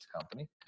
company